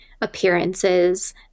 appearances